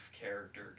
character